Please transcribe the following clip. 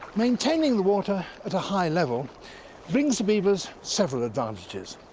maintaining the water at a high level brings the beavers several advantages,